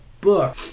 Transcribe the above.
book